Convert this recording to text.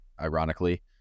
ironically